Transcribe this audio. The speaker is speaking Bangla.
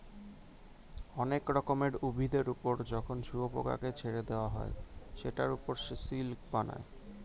অনেক রকমের উভিদের ওপর যখন শুয়োপোকাকে ছেড়ে দেওয়া হয় সেটার ওপর সে সিল্ক বানায়